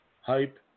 hype